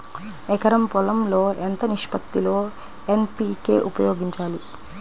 ఎకరం పొలం లో ఎంత నిష్పత్తి లో ఎన్.పీ.కే ఉపయోగించాలి?